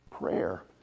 Prayer